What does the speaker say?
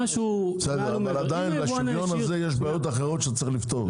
בשוויון הזה יש עדיין בעיות אחרות שצריך לפתור.